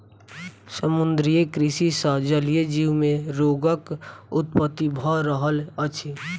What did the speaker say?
समुद्रीय कृषि सॅ जलीय जीव मे रोगक उत्पत्ति भ रहल अछि